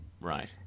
Right